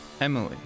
Emily